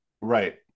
right